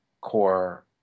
core